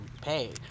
pay